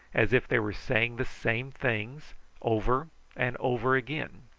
as if they were saying the same things over and over again.